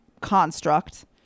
construct